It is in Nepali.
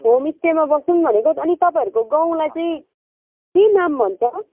होम स्टेमा बसौँ भनेको अनि तपाईँहरूको गाउँलाई चाहिँ के नाम भन्छ